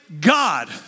God